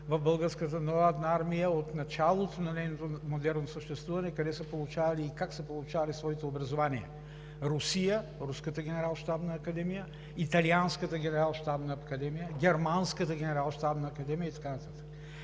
в Българската народна армия от началото на нейното модерно съществуване къде са получавали и как са получавали своето образование – в Русия, Руската генерал-щабна академия, Италианската генерал-щабна академия, Германската генерал-щабна академия и така